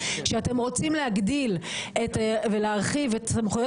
שאתם רוצים להגדיל ולהרחיב את סמכויות